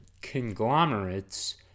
conglomerates